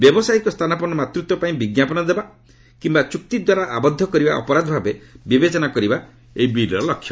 ବ୍ୟାବସାୟିକ ସ୍ଥାନାପନ୍ଦ ମାତୃତ୍ୱପାଇଁ ବିଜ୍ଞାପନ ଦେବା କିମ୍ବା ଚୁକ୍ତିଦ୍ୱାରା ଆବଦ୍ଧ କରିବା ଅପରାଧ ଭାବେ ବିବେଚନା କରିବା ଏହି ବିଲ୍ର ଲକ୍ଷ୍ୟ